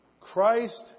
Christ